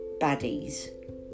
baddies